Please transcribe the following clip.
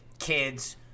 Kids